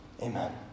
Amen